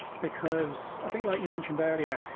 because i think like you mentioned earlier,